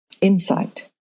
insight